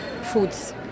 foods